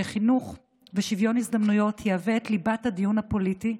שחינוך ושוויון הזדמנויות יהוו את ליבת הדיון הפוליטי,